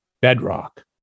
bedrock